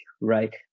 right